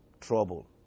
trouble